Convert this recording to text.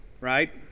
right